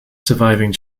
surviving